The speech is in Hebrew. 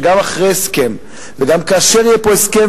שגם אחרי הסכם וגם כאשר יהיה פה הסכם,